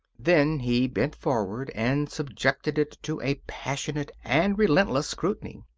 then he bent forward and subjected it to a passionate and relentless scrutiny.